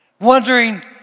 Wondering